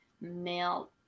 male